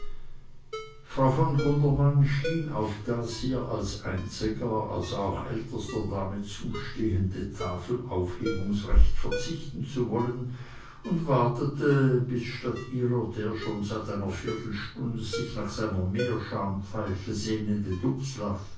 frau von gundermann schien auf das ihr als einziger also auch ältester dame zustehende tafelaufhebungsrecht verzichten zu wollen und wartete bis statt ihrer der schon seit einer viertelstunde sich nach seiner meerschaumpfeife sehnende